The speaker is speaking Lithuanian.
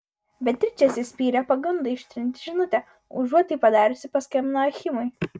beatričė atsispyrė pagundai ištrinti žinutę užuot tai padariusi paskambino achimui